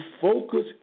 focus